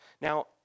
Now